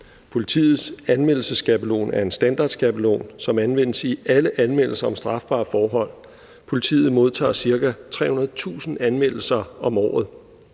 Politiets anmeldelsesskabelon er en standardskabelon, som anvendes i alle anmeldelser om strafbare forhold. Politiet modtager ca. 300.000 anmeldelser om året.